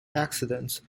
accidents